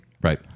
Right